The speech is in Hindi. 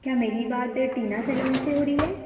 क्या मेरी बात टीना सेलोन से हो रही है